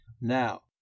now